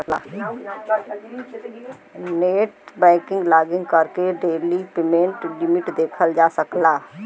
net banking login करके daily payment limit देखल जा सकला